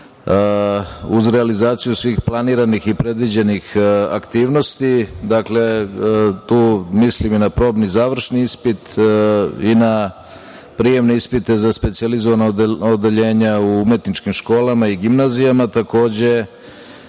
uz realizaciju svih planiranih i predviđenih aktivnosti. Tu mislim na probni i završni ispit i na prijemne ispite za specijalizovana odeljenja umetničkim školama i gimnazijama, takođe,